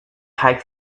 hike